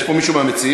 יש פה מישהו מהמציעים?